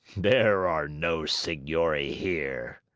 there are no signori here!